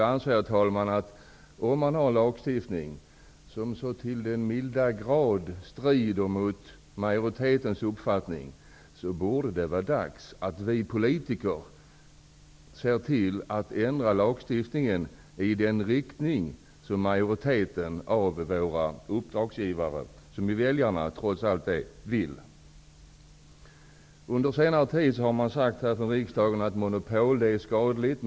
Jag anser, herr talman, att om man har en lagstiftning som så till den milda grad strider mot majoritetens uppfattning, borde det vara dags att vi politiker ser till att ändra lagstiftningen i den riktning som majoriteten av våra uppdragsgivare, som väljarna trots allt är, vill. Under senare tid har man här i riksdagen sagt att monopol är skadliga.